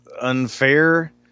unfair